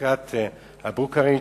בעסקת ברוקראז'